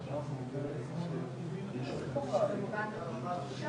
אחרונה, כבוד היושבת ראש,